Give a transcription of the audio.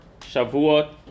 Shavuot